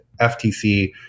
ftc